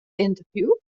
interview